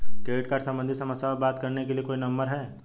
Credit card सम्बंधित समस्याओं पर बात करने के लिए कोई नंबर है?